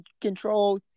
control